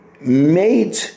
made